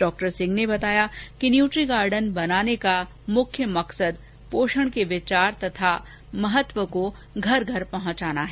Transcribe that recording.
डॉ सिंह ने बताया कि न्यूट्री गार्डन बनाने का मुख्य मकसद पोषण के विचार तथा महत्व को घर घर पहंचाना है